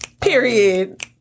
period